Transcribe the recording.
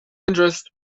interest